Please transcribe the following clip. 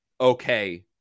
okay